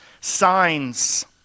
signs